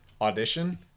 audition